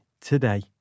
today